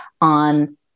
on